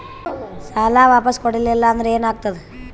ಸಾಲ ವಾಪಸ್ ಕೊಡಲಿಲ್ಲ ಅಂದ್ರ ಏನ ಆಗ್ತದೆ?